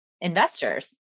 investors